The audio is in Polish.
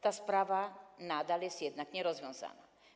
Ta sprawa nadal jest jednak nierozwiązana.